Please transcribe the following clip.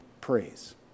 praise